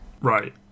Right